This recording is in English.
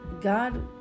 God